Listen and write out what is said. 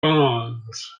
bonds